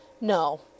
No